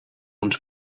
uns